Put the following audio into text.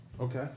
Okay